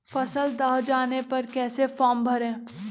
फसल दह जाने पर कैसे फॉर्म भरे?